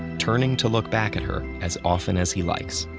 turning to look back at her as often as he likes.